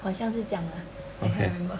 好像是将啦 I can't remember